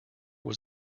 was